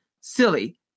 Silly